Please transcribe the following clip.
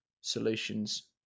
solutions